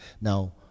Now